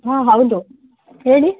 ಹಾಂ ಹೌದು ಹೇಳಿ